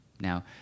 Now